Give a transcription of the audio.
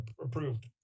approved